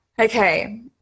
okay